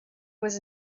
was